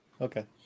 Okay